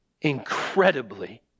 incredibly